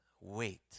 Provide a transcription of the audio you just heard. wait